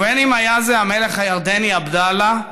ובין שהיה זה המלך הירדני עבדאללה,